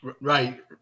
Right